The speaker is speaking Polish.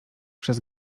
przez